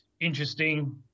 Interesting